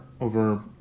over